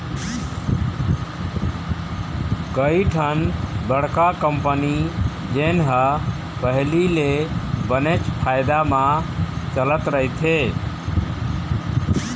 कइठन बड़का कंपनी जेन ह पहिली ले बनेच फायदा म चलत रहिथे